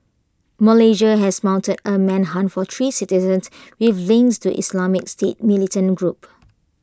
Malaysia has mounted A manhunt for three citizens with links to the Islamic state militant group